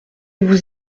vous